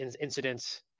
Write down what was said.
incidents